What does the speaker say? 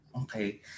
okay